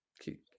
keep